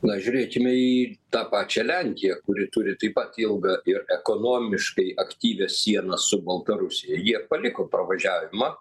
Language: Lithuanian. na žiūrėkime į tą pačią lenkiją kuri turi taip pat ilgą ir ekonomiškai aktyvią sieną su baltarusija jie paliko pravažiavimą